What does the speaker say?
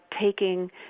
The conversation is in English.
taking